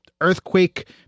earthquake